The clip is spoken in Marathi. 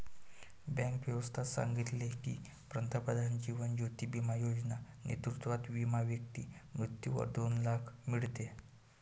बँक व्यवस्था सांगितले की, पंतप्रधान जीवन ज्योती बिमा योजना नेतृत्वात विमा व्यक्ती मृत्यूवर दोन लाख मीडते